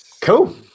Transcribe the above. Cool